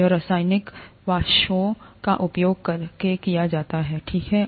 यह रासायनिक वाष्पों का उपयोग करके किया जाता है ठीक है